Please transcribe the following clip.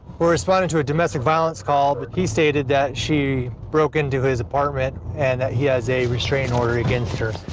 we're responding to a domestic violence call. but he stated that she broke into his apartment and that he has a restraining order against her.